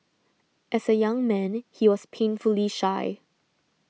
as a young man he was painfully shy